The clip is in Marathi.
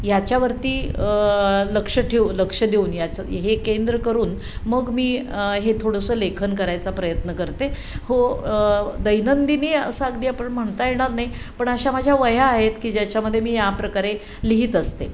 ह्याच्यावरती लक्ष ठेवू लक्ष देऊन याचं हे केंद्र करून मग मी हे थोडंसं लेखन करायचा प्रयत्न करते हो दैनंदिनी असा अगदी आपण म्हणता येणार नाही पण अशा माझ्या वह्या आहेत की ज्याच्यामध्ये मी या प्रकारे लिहित असते